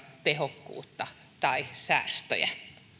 tehokkuutta tai säästöjä